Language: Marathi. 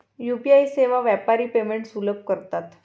यू.पी.आई सेवा व्यापारी पेमेंट्स सुलभ करतात